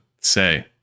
say